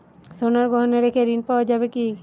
সোনার গহনা রেখে ঋণ পাওয়া যাবে কি?